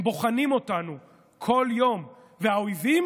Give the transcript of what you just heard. הם בוחנים אותנו כל יום, והאויבים